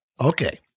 Okay